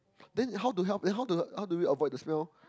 then how do help how do we avoid the smell